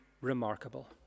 remarkable